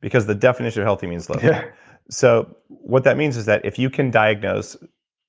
because the definition of healthy means less fat. yeah so what that means is that, if you can diagnose